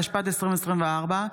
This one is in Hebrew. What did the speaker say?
התשפ"ד 2024,